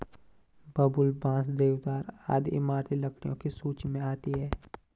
बबूल, बांस, देवदार आदि इमारती लकड़ियों की सूची मे आती है